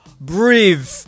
breathe